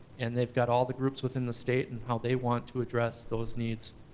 and they've got all the groups within the state, and how they want to address those needs.